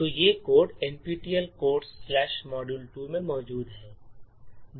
तो ये code nptel codes module 2 में मौजूद हैं